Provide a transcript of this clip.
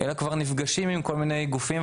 אלא כבר נפגשים עם כל מיני גופים.